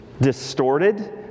distorted